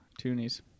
Toonies